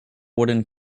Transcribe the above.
wooden